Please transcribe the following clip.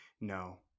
No